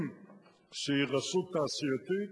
שהיא רשות תעשייתית,